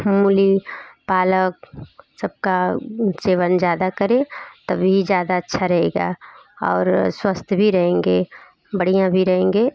मूली पालक सब का सेवन ज़्यादा करे तभी ज़्यादा अच्छा रहेगा और स्वस्थ भी रहेंगे बढ़िया भी रहेंगे